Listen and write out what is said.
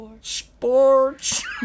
sports